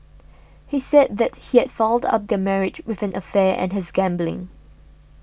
he said that he had fouled up their marriage with an affair and his gambling